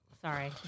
Sorry